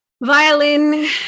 Violin